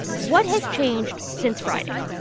what has changed since friday?